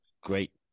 great